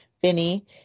Vinny